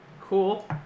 Cool